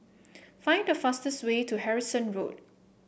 find the fastest way to Harrison Road